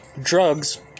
drugs